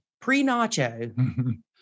pre-nacho